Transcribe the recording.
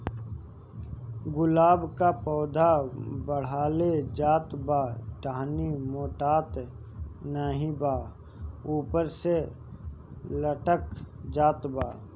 गुलाब क पौधा बढ़ले जात बा टहनी मोटात नाहीं बा ऊपर से लटक जात बा?